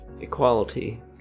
Equality